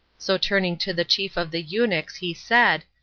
so turning to the chief of the eunuchs he said,